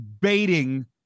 baiting